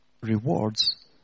rewards